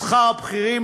שכר הבכירים,